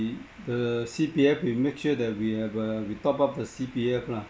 the C_P_F we make sure that we have uh we top up the C_P_F lah